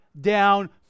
down